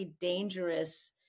dangerous